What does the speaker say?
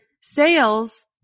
sales